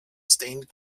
stained